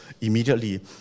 immediately